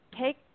take